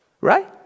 right